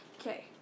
okay